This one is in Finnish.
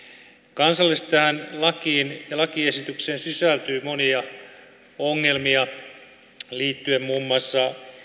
kansallisesti tähän lakiin ja lakiesitykseen sisältyy monia ongelmia liittyen muun muassa